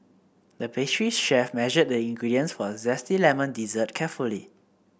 the pastry chef measured the ingredients for a zesty lemon dessert carefully